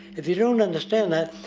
if you dont understand that,